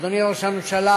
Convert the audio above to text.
אדוני ראש הממשלה,